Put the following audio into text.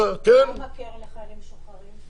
מה עם הקרן לחיילים משוחררים?